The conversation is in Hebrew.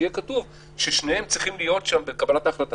שיהיה כתוב ששניהם צריכים להית שם בקבלת ההחלטה?